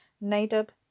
Nadab